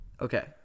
Okay